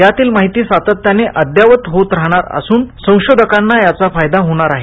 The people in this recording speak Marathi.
यातील माहिती सातत्याने अपडेट होत राहणार असल्याने संशोधकाना याचा फायदा होणार आहे